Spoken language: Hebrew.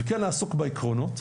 וכן לעסוק בעקרונות,